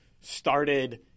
started